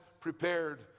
prepared